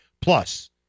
plus